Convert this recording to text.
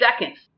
seconds